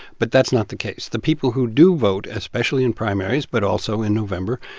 but that's not the case. the people who do vote, especially in primaries but also in november,